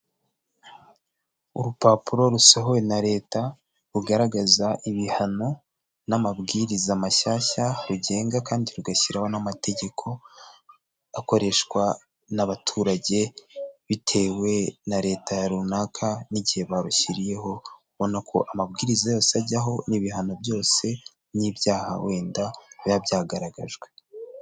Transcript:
Urupapuro rusohowe na leta rugaragaza ibihano n'amabwiriza mashyashya rugenga kandi rugashyiraho n amategeko akoreshwa n'abaturage bitewe na leta ya runaka n'igihe barushyiriyeho ubona ko amabwiriza yose ajyaho n'ibihano byose n'ibyaha wenda biba byagaragajwe.